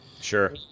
Sure